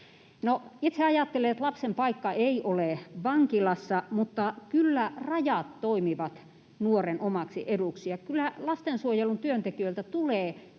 itse ajattelen, että lapsen paikka ei ole vankilassa, mutta kyllä rajat toimivat nuoren omaksi eduksi. Ja kyllä lastensuojelun työntekijöiltä tulee